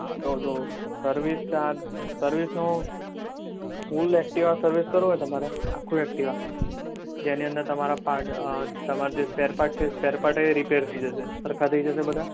હા તો જો સર્વિસ ચાર્જ સર્વિસનું ફૂલ એક્ટિવા સર્વિસ કરવું હોય તમારે આખું એક્ટિવા જેની અંદર તમારા પાર્ટ તમારા જે સ્પેર પાર્ટ છે એ સ્પેર પાર્ટ રિપેર થઈ જશે સરખા થઈ જશે બધા